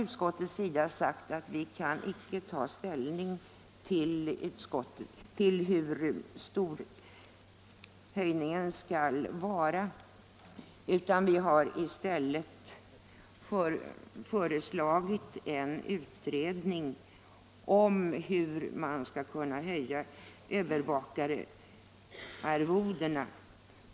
Utskottet har dock förklarat sig inte kunna ta ställning till hur stor höjningen skall vara utan har i stället föreslagit en utredning om hur man skall kunna höja övervakararvodena.